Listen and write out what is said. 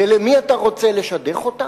ולמי אתה רוצה לשדך אותה?